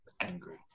angry